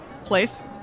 place